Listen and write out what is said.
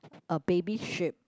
a baby sheep